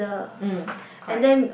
mm correct